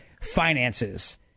finances